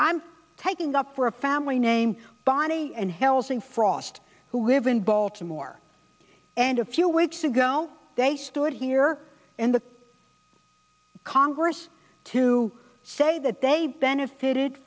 i'm taking up for a family name bonnie and helsing frost who live in baltimore and a few weeks ago they stood here in the congress to say that they benefitted